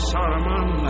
Saruman